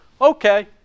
okay